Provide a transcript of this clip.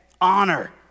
honor